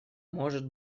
может